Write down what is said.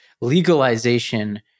legalization